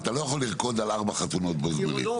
אתה לא יכול לרקוד על 4 חתונות בו זמנית.